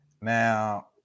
Now